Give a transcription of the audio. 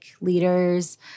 leaders